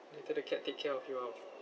later the cat take care of you how